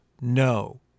No